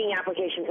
applications